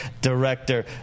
director